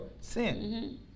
sin